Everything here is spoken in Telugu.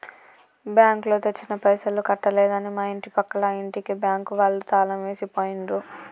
బ్యాంకులో తెచ్చిన పైసలు కట్టలేదని మా ఇంటి పక్కల ఇంటికి బ్యాంకు వాళ్ళు తాళం వేసి పోయిండ్రు